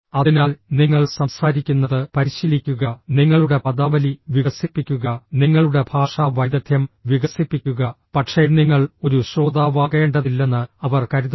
അതിനാൽ നിങ്ങൾ സംസാരിക്കുന്നത് പരിശീലിക്കുക നിങ്ങളുടെ പദാവലി വികസിപ്പിക്കുക നിങ്ങളുടെ ഭാഷാ വൈദഗ്ദ്ധ്യം വികസിപ്പിക്കുക പക്ഷേ നിങ്ങൾ ഒരു ശ്രോതാവാകേണ്ടതില്ലെന്ന് അവർ കരുതുന്നു